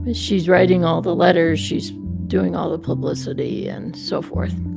but she's writing all the letters. she's doing all the publicity and so forth.